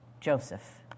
Joseph